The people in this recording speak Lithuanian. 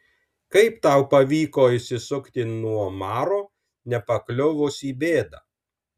kaip tau pavyko išsisukti nuo omaro nepakliuvus į bėdą